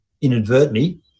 inadvertently